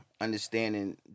understanding